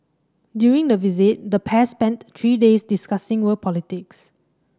during the visit the pair spent three days discussing world politics